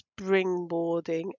springboarding